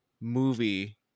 movie